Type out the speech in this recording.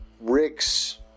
Rick's